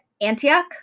Antioch